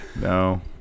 No